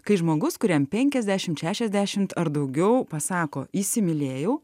kai žmogus kuriam penkiasdešimt šešiasdešimt ar daugiau pasako įsimylėjau